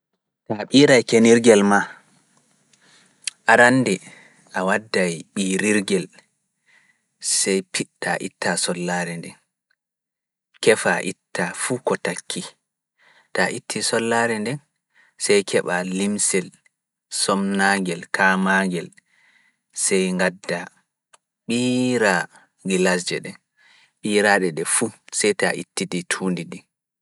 Ta ɓiiraa kenirgel maa, arande a wadday ɓiirirgel, sey piɗtaa ittaa sollaare nde, keefaa ittaa fuu ko takkii, ta itti sollaare nde. sey keɓaa limsel somnaangel kaamaangel, sey ngaddaa ɓiiraa gilaasje ɗe, ɓiiraa ɗe ɗe fuu, sey ta ittidi tuundi ɗe.